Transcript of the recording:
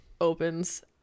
opens